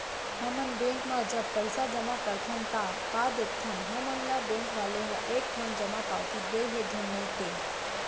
हमन ह बेंक म जब पइसा जमा करथन ता का देखथन हमन ल बेंक वाले ह एक ठन जमा पावती दे हे धुन नइ ते